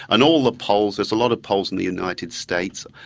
and all the polls, there's a lot of polls in the united states,